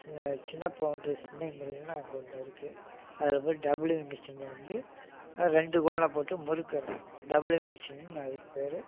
சின்ன பவுண்ட்ரி சின்னையன் மில்லுன்னு அங்கே ஒன்று இருக்கு அதில் போய் டபுள்யூ மிஷினில் வந்து ரெண்டு கோனை போட்டு முறுக்குறது டபுள்யூ மிஷின்னு அதுக்கு பேர்